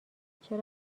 چرا